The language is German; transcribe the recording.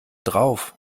drauf